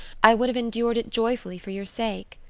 i would have endured it joyfully for your sake.